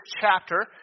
chapter